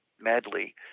medley